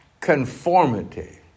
conformity